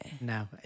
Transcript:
No